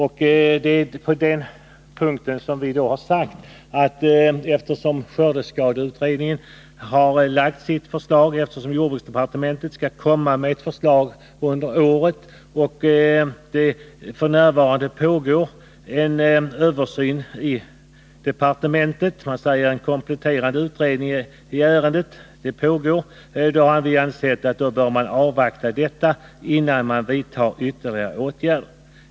Vi har i betänkandet understrukit att skördeskadeutredningen har lagt fram sitt förslag, och att jordbruksdepartementet skall komma med en proposition i ärendet under året. Dessutom pågår f.n. en översyn av förslaget i departementet, och med detta som bakgrund har vi ansett att man bör avvakta innan man vidtar ytterligare åtgärder.